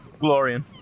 Glorian